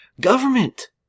government